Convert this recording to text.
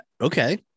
Okay